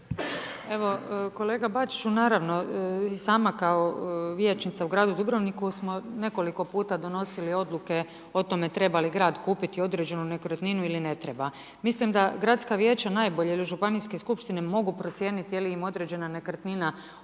Evo kolega Bačiću, naravno, i sama kao vijećnica u gradu Dubrovniku smo nekoliko puta donosili odluke o tome treba li grad kupiti određenu nekretninu ili ne treba. Mislim da gradska vijeća najbolje ili županijske skupštine mogu procijeniti je li im određena nekretnina od